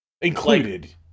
Included